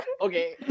Okay